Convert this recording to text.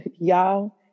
y'all